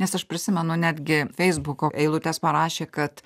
nes aš prisimenu netgi feisbuko eilutes parašė kad